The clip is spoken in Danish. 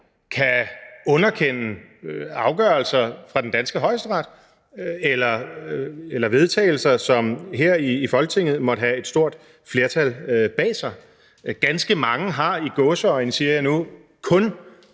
kan underkende afgørelser fra den danske Højesteret eller vedtagelser, som her i Folketinget måtte have et stort flertal bag sig. Ganske mange har – i gåseøjne, siger jeg nu – kun